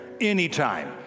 anytime